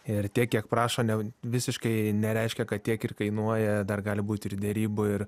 ir tiek kiek prašo ne visiškai nereiškia kad tiek ir kainuoja dar gali būti ir derybų ir